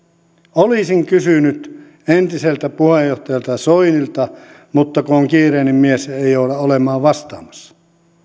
olisin kysynyt entiseltä puheenjohtajalta soinilta mutta kun on kiireinen mies ei jouda olemaan vastaamassa